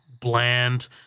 bland